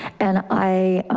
and i